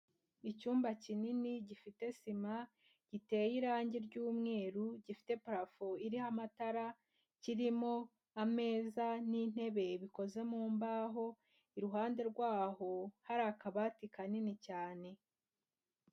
Icyumba kinini gifite sima, giteye irangi ry'umweru, gifite parafo iriho amatara, kirimo ameza n'intebe bikoze mu mbaho, iruhande rwaho hari akabati kanini cyane.